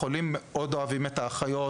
החולים מאוד אוהבים את האחיות,